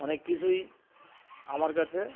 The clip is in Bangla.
অনেক কিছুই আমার কাছে